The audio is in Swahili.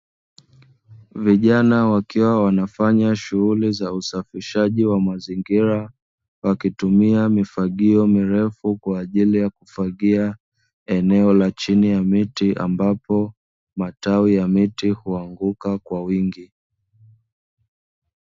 Vijana wakiwa wanafanya shughuli za usafishaji wa mazingira wakitumia mifagio mirefu kwa ajili ya kufagia eneo la chini ya miti, ambapo matawi ya miti huanguka kwa wingi.